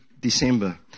December